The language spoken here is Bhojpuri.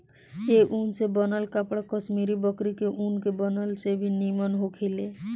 ए ऊन से बनल कपड़ा कश्मीरी बकरी के ऊन के बनल से भी निमन होखेला